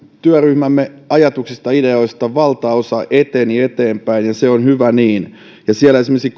työryhmämme ajatuksista ja ideoista valtaosa eteni eteenpäin ja hyvä niin esimerkiksi